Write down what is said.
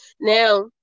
Now